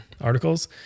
articles